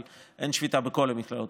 אבל אין שביתה בכל המכללות,